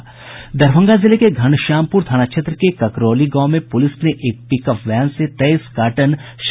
दरभंगा जिले के घनश्यामपुर थाना क्षेत्र के ककरौली गांव में पुलिस ने एक पिक अप वैन से तेईस कार्टन शराब बरामद की है